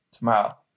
tomorrow